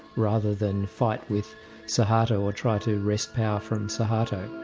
rather than fight with suharto, or try to wrest power from suharto.